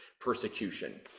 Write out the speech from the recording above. persecution